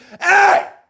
Hey